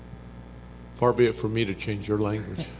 far be it for me to change your language.